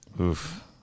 Oof